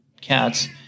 cats